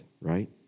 right